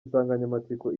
insanganyamatsiko